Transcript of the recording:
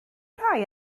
rhai